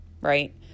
right